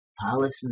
palace